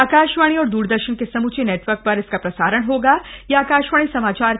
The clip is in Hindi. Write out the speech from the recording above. आकाशवाणी और दूरदर्शन के समूचे नेटवर्क पर इसका प्रसारण यह आकाशवाणी समाचार होगा